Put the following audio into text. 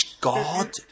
God